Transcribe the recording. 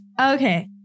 Okay